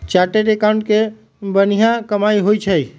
chartered accountant के बनिहा कमाई होई छई